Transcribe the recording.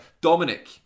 Dominic